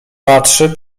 patrzy